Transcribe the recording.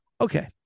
Okay